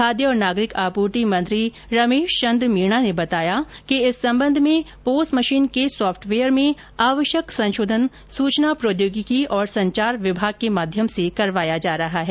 खाद्य और नागरिक आपूर्ति मंत्री श्री रमेश चंद मीना ने बताया कि इस संबंध में पॉस मशीन के सॉफ्टवेयर में आवश्यक संशोधन सूचना प्रौद्योगिकी और संचार विभाग के माध्यम से करवाया जा रहा है